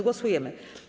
Głosujemy.